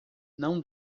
não